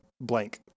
blank